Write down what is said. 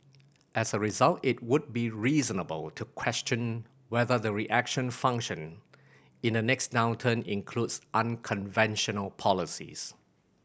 as a result it would be reasonable to question whether the reaction function in the next downturn includes unconventional policies